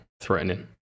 threatening